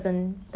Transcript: yup